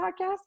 podcast